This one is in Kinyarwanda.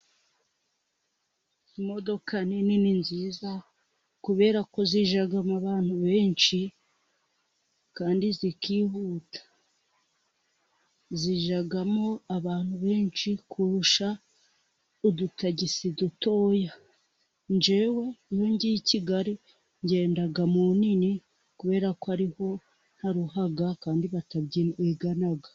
Izi modoka ni nini nziza, kubera ko zijyamo abantu benshi kandi zikihuta, zijyamo abantu benshi kurusha udutagisi dutoya, njyewe iyo ngiye i Kigali ngenda munini, kubera ko ariho ntaruha kandi batabyigana.